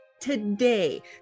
Today